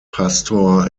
pastor